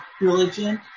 religion